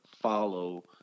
follow